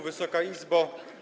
Wysoka Izbo!